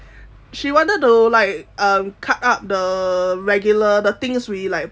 she wanted to like um cut up the regular the things we like